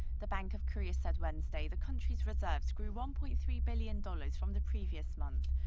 the bank of korea said wednesday the country's reserves grew one-point-three billion dollars from the previous month.